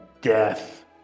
death